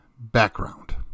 background